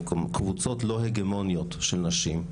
קבוצות לא הגמוניות של נשים.